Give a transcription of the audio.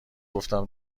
گفتم